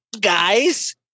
guys